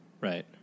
right